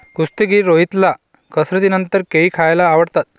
कुस्तीगीर रोहितला कसरतीनंतर केळी खायला आवडतात